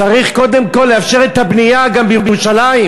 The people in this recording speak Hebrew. צריך קודם לאפשר את הבנייה גם בירושלים.